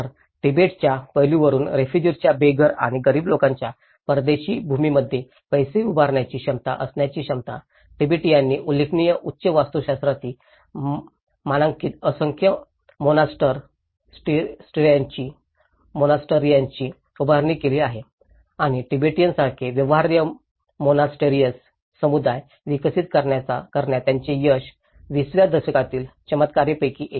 तर तिबेटच्या पैलूवरुन रेफुजिर्सच्या बेघर आणि गरीब लोकांच्या परदेशी भूमींमध्ये पैसे उभारण्याची क्षमता असण्याची क्षमता तिबेटींनी उल्लेखनीय उच्च वास्तुशास्त्रीय मानकांची असंख्य मोनास्टरीएसांची उभारणी केली आहे आणि तिबेटीसारखे व्यवहार्य मोनास्टरीएस समुदाय विकसित करण्यात त्यांचे यश 20 व्या शतकातील चमत्कारांपैकी एक